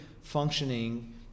functioning